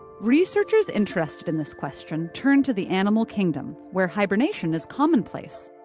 researchers interested in this question turn to the animal kingdom, where hibernation is commonplace,